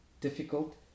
difficult